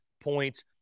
points